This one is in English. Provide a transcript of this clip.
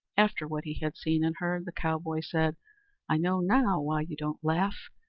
after what he had seen and heard, the cowboy said i know now why you don't laugh,